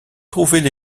trouvaient